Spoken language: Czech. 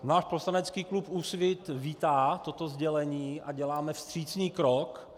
Náš poslanecký klub Úsvit toto sdělení vítá a děláme vstřícný krok.